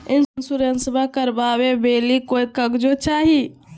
इंसोरेंसबा करबा बे ली कोई कागजों चाही?